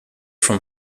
from